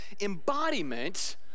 embodiment